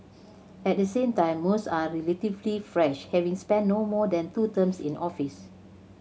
at the same time most are relatively fresh having spent no more than two terms in office